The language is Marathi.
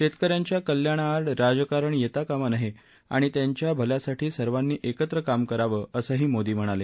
शेतक यांच्या कल्याणाआड राजकारण येता कामा नये आणि त्यांच्या भल्यासाठी सर्वांनी एकत्र काम करावं असंही मोदी म्हणाले